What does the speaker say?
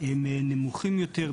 הם נמוכים יותר,